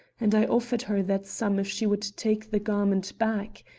and i offered her that sum if she would take the garment back.